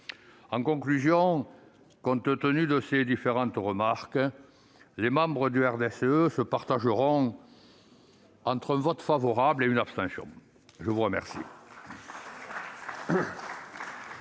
En conclusion, compte tenu de ces différentes remarques, les membres du RDSE se partageront entre un vote favorable et quelques abstentions. La parole